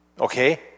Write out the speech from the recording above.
Okay